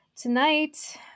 tonight